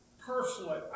personally